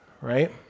right